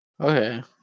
Okay